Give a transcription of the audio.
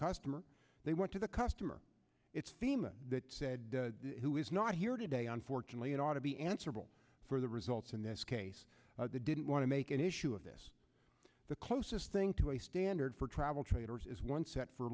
customer they went to the customer it's the moon that said who is not here today unfortunately it ought to be answerable for the results in this case the didn't want to make an issue of this the closest thing to a standard for travel trailers is one set for